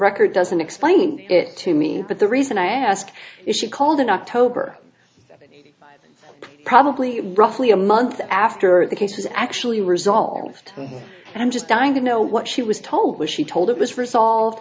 record doesn't explain it to me but the reason i ask is she called in october probably roughly a month after the case is actually resolved and i'm just dying to know what she was told was she told it was resolved